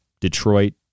Detroit